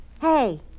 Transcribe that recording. hey